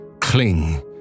cling